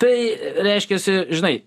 tai reiškiasi žinai